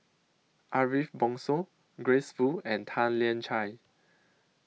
Ariff Bongso Grace Fu and Tan Lian Chye